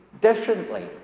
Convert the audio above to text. differently